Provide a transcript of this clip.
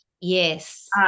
Yes